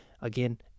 Again